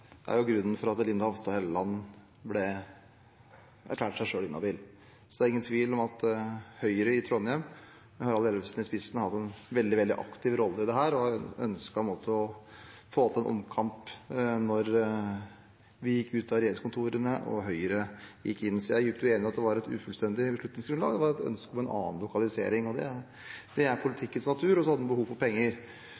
Høyre er jo grunnen til at Linda Hofstad Helleland erklærte seg selv inhabil. Det er ingen tvil om at Høyre i Trondheim, med Harald Ellefsen i spissen, har hatt en veldig aktiv rolle i dette og ønsket å få til en omkamp da vi gikk ut av regjeringskontorene og Høyre gikk inn. Jeg er dypt uenig i at det var et ufullstendig beslutningsgrunnlag. Det var et ønske om en annen lokalisering. Det er